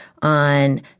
on